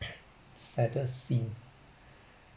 saddest scene